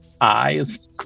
eyes